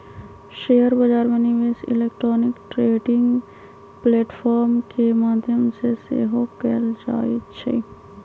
share बजार में निवेश इलेक्ट्रॉनिक ट्रेडिंग प्लेटफॉर्म के माध्यम से सेहो कएल जाइ छइ